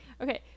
okay